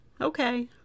okay